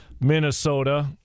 Minnesota